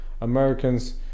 Americans